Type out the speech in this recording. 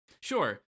sure